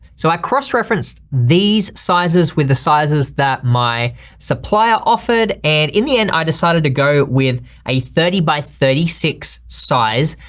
so i cross-referenced these sizes with the sizes that my supply ah offered, and in the end i decided to go with a thirty by thirty six size.